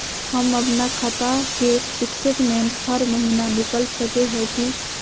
हम अपना खाता के स्टेटमेंट हर महीना निकल सके है की?